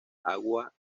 agua